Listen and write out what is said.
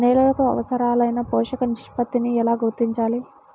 నేలలకు అవసరాలైన పోషక నిష్పత్తిని ఎలా గుర్తించాలి?